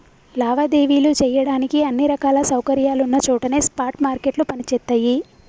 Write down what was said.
లావాదేవీలు చెయ్యడానికి అన్ని రకాల సౌకర్యాలున్న చోటనే స్పాట్ మార్కెట్లు పనిచేత్తయ్యి